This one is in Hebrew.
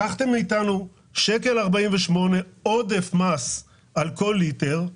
לקחתם מאיתנו 1.48 עודף מס על כל ליטר,